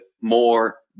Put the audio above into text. more